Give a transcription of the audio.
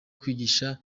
kwigisha